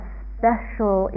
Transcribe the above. special